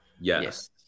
Yes